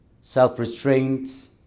Self-restraint